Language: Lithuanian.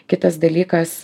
kitas dalykas